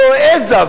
לא העזה,